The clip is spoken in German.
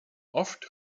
oft